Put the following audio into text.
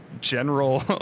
general